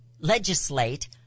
legislate